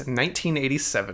1987